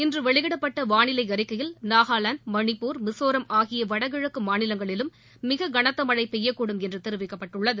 இன்று வெளியிடப்பட்ட வாளிலை அறிக்கையில் நாகாலாந்து மணிப்பூர் மிசோரம் ஆகிய வடகிழக்கு மாநிலங்களிலும் மிக கனத்த மழை பெய்யக்கூடும் என்றுதெரிவிக்கப்பட்டுள்ளது